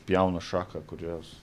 pjauna šaką kurios